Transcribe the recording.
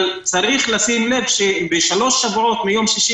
אבל צריך לשים לב שבשלושה שבועות יום שישי